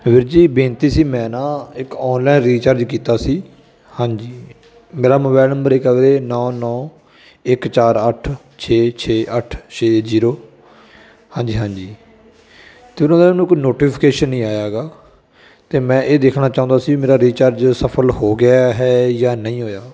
ਵੀਰ ਜੀ ਬੇਨਤੀ ਸੀ ਮੈਂ ਨਾ ਇੱਕ ਆਨਲਾਈਨ ਰੀਚਾਰਜ ਕੀਤਾ ਸੀ ਹਾਂਜੀ ਮੇਰਾ ਮੋਬਾਇਲ ਨੰਬਰ ਇੱਕ ਆ ਵੀਰੇ ਨੌਂ ਨੌਂ ਇੱਕ ਚਾਰ ਅੱਠ ਛੇ ਛੇ ਅੱਠ ਛੇ ਜੀਰੋ ਹਾਂਜੀ ਹਾਂਜੀ ਅਤੇ ਉਹਨਾਂ ਦਾ ਨਾ ਮੈਨੂੰ ਕੋਈ ਨੋਟੀਫਿਕੇਸ਼ਨ ਨਹੀਂ ਆਇਆ ਹੈਗਾ ਅਤੇ ਮੈਂ ਇਹ ਦੇਖਣਾ ਚਾਹੁੰਦਾ ਸੀ ਮੇਰਾ ਰੀਚਾਰਜ ਸਫ਼ਲ ਹੋ ਗਿਆ ਹੈ ਜਾਂ ਨਹੀਂ ਹੋਇਆ